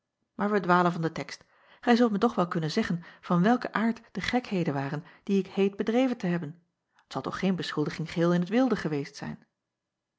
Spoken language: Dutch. maar wij dwalen van den text ij zult mij toch wel kunnen zeggen van welken aard de gekheden waren die ik heet bedreven te hebben t al toch geen beschuldiging geheel in t wilde geweest zijn